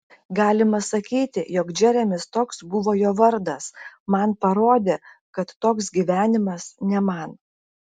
galima sakyti jog džeremis toks buvo jo vardas man parodė kad toks gyvenimas ne man